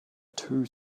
two